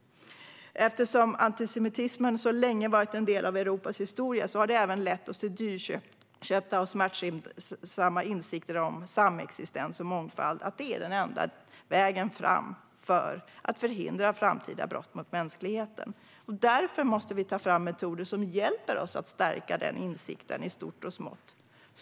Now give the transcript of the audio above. Eftersom antisemitismen länge har varit en del av Europas historia har det även lett oss till dyrköpta och smärtsamma insikter om att samexistens och mångfald är den enda vägen fram om vi vill förhindra framtida brott mot mänskligheten. Därför måste vi ta fram metoder som hjälper oss att stärka den insikten - i stort och smått.